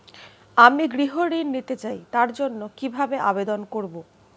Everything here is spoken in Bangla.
আমি গৃহ ঋণ নিতে চাই তার জন্য কিভাবে আবেদন করব?